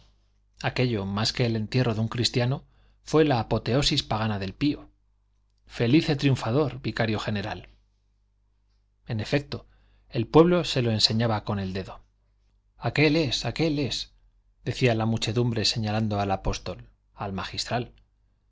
aquello más que el entierro de un cristiano fue la apoteosis pagana del pío felice triunfador vicario general en efecto el pueblo se lo enseñaba con el dedo aquel es aquel es decía la muchedumbre señalando al apóstol al magistral